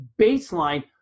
baseline